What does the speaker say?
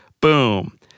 Boom